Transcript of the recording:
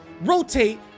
rotate